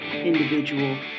Individual